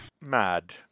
mad